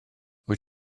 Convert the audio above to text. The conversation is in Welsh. wyt